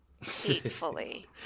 hatefully